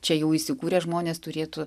čia jau įsikūrę žmonės turėtų